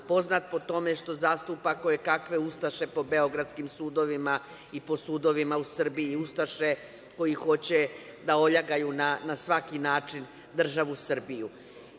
poznat po tome što zastupa kojekakve ustaše po beogradskim sudovima i po sudovima u Srbiji, ustaše koji hoće da oljagaju na svaki način državu Srbiju. Taj